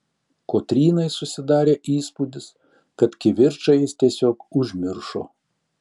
kotrynai susidarė įspūdis kad kivirčą jis tiesiog užmiršo